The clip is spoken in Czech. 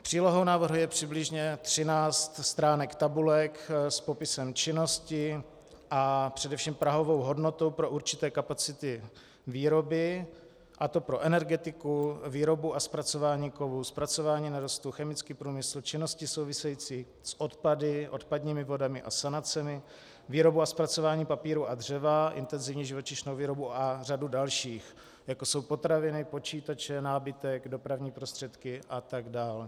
Přílohou návrhu je přibližně 13 stránek tabulek s popisem činnosti a především prahovou hodnotou pro určité kapacity výroby, a to pro energetiku, výrobu a zpracování kovů, zpracování nerostů, chemický průmysl, činnosti související s odpady, odpadními vodami a sanacemi, výrobu a zpracování papíru a dřeva, intenzivní živočišnou výrobu a řadu dalších, jako jsou potraviny, počítače, nábytek, dopravní prostředky atd.